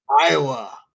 Iowa